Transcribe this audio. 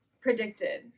predicted